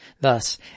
Thus